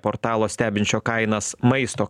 portalo stebinčio kainas maisto